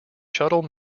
shuttle